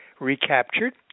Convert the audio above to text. recaptured